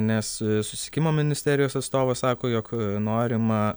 nes susikimo ministerijos atstovas sako jog norima